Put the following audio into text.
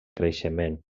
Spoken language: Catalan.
creixement